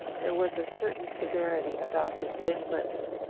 there was a certain severity about his thin lips,